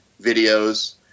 videos